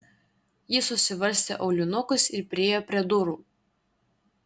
ji susivarstė aulinukus ir priėjo prie durų